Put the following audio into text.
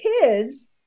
kids